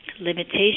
limitation